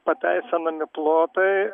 pateisinami plotai